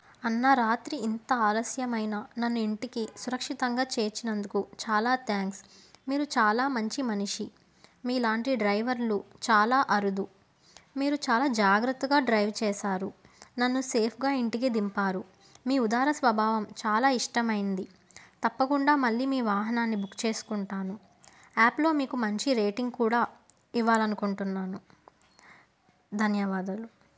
అన్నా రాత్రి ఇంత ఆలస్యమైన నన్ను ఇంటికి సురక్షితంగా చేర్చినందుకు చాలా థాంక్స్ మీరు చాలా మంచి మనిషి మీలాంటి డ్రైవర్లు చాలా అరుదు మీరు చాలా జాగ్రత్తగా డ్రైవ్ చేశారు నన్నుసేఫ్గా ఇంటికి దింపారు మీ ఉదార స్వభావం చాలా ఇష్టమైంది తప్పకుండా మళ్ళీ మీ వాహనాన్ని బుక్ చేసుకుంటాను యాప్లో మీకు మంచి రేటింగ్ కూడా ఇవ్వాలి అనుకుంటున్నాను ధన్యవాదాలు